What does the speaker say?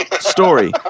story